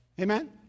Amen